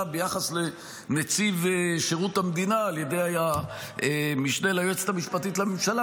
ביחס לנציב שירות המדינה על ידי המשנה ליועצת המשפטית לממשלה,